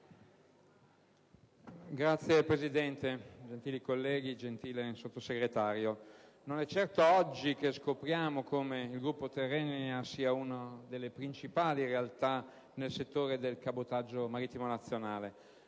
Signora Presidente, onorevoli colleghi, gentile sottosegretario, non è certo oggi che scopriamo che il gruppo Tirrenia è una delle principali realtà nel settore del cabotaggio marittimo nazionale.